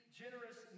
generous